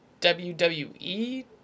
WWE